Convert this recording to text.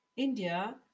India